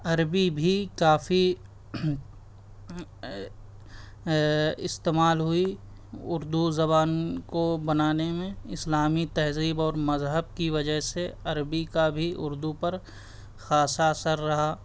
عربی بھی کافی استعمال ہوئی اردو زبان کو بنانے میں اسلامی تہذیب اور مذہب کی وجہ سے عربی کا بھی اردو پر خاصہ اثر رہا